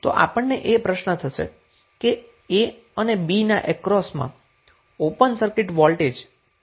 તો આપણને એ પ્રશ્ન થશે કે a અને b ના અક્રોસમાં ઓપન સર્કિટ વોલ્ટેજ કેટલો થશે